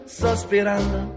sospirando